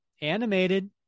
animated